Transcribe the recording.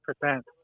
percent